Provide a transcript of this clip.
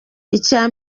icya